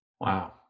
Wow